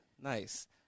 nice